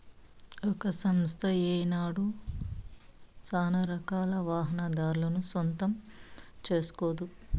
ఒక సంస్థ ఏనాడు సానారకాల వాహనాదారులను సొంతం సేస్కోదు